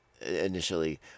Initially